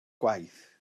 gwaith